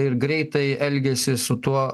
ir greitai elgiasi su tuo